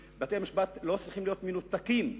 בתי-המשפט לא צריכים להיות מנותקים מהציבור.